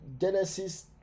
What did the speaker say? Genesis